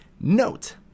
Note